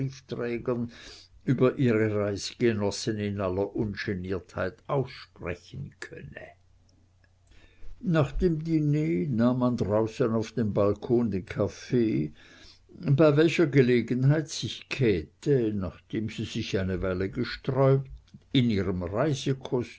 über ihre reisegenossen in aller ungeniertheit aussprechen könne nach dem diner nahm man draußen auf dem balkon den kaffee bei welcher gelegenheit sich käthe nachdem sie sich eine weile gesträubt in ihrem